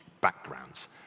backgrounds